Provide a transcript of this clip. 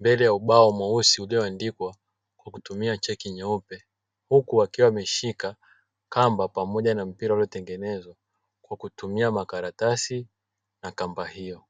mbele ya ubao mweusi ulioandikwa kwa kutumia chaki myeupe, huku akiwa ameshika kamba pamoja na mpira uliotengenezwa kwa kutumia makaratasi na kamba hiyo.